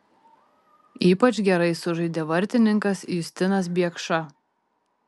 ypač gerai sužaidė vartininkas justinas biekša